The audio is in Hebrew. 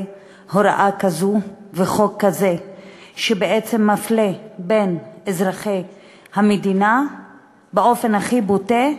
הוראה כזו וחוק כזה שבעצם מפלה בין אזרחי המדינה באופן הכי בוטה,